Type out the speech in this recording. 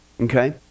Okay